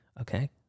Okay